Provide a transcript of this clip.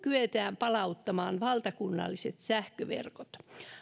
kyetään palauttamaan valtakunnalliset sähköverkot